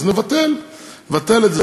אז נבטל את זה.